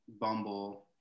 Bumble